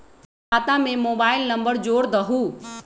खाता में mobile number जोड़ दहु?